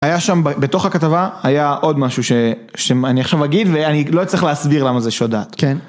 היה שם בתוך הכתבה היה עוד משהו שאני עכשיו אגיד ואני לא צריך להסביר למה זה שוד דעת.